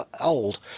old